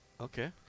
Okay